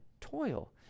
toil